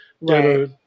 right